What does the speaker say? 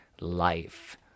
life